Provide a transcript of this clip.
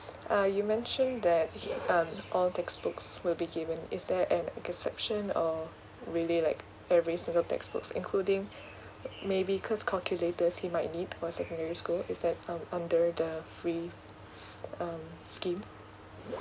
uh you mentioned that um all textbooks will be given is there an exception or really like every single textbooks including maybe cause calculators he might need for secondary school is that um under the free um scheme